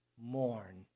mourn